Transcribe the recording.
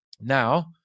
Now